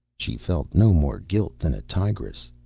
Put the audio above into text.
she felt no more guilt than a tigress.